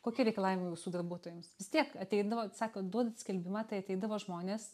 kokie reikalavimai jūsų darbuotojams vis tiek ateidavo sakot duodat skelbimą tai ateidavo žmonės